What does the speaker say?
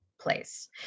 place